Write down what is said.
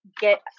get